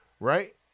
Right